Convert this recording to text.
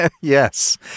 Yes